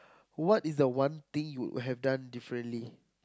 what is the one thing you would have done differently